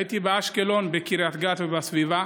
הייתי באשקלון, בקריית גת ובסביבה,